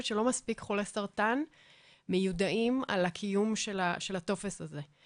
שלא מספיק חולי סרטן מיודעים על הקיום של הטופס הזה.